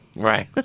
Right